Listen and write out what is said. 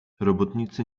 robotnicy